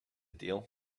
deal